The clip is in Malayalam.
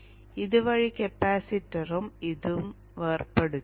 ഇതുവഴി കപ്പാസിറ്ററും ഇതും വേർപെടുത്തുന്നു